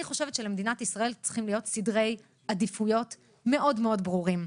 אני חושבת שלמדינת ישראל צריכים להיות סדרי עדיפויות מאוד מאוד ברורים.